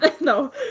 no